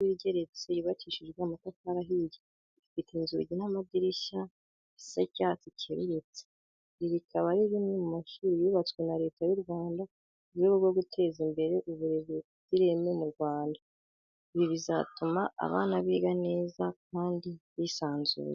Ni inyubako y'ishuri igeretse yubakishijwe amatafari ahiye, ifite inzugi n'amadirishya bisa icyatsi cyerurutse. Iri rikaba ari rimwe mu mashuri yubatwe na Leta y'u Rwanda mu rwego rwo guteza imbere uburezi bufite ireme mu Rwanda. Ibi bizatuma abana biga neza kandi bisanzuye.